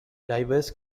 diverse